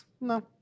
No